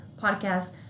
podcast